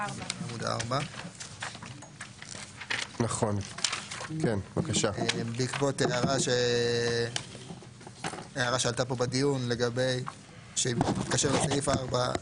עמוד 4. בעקבות הערה שהעלתה פה בדיון שמתקשר לסעיף (4),